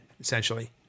essentially